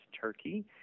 Turkey